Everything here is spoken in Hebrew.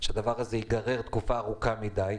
שהדבר הזה ייגרר תקופה ארוכה מדי.